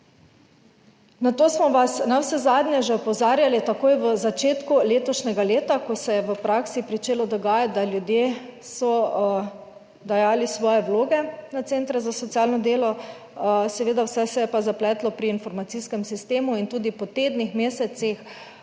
Na to smo vas navsezadnje že opozarjali takoj v začetku letošnjega leta, ko se je v praksi pričelo dogajati, da ljudje so dajali svoje vloge na centre za socialno delo, seveda vse se je pa zapletlo pri informacijskem sistemu in tudi po tednih, mesecih